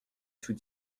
tout